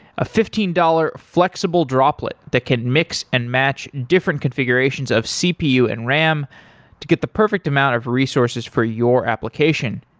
a fifteen dollars flexible droplet that can mix and match different configurations of cpu and ram to get the perfect amount of resources for your application.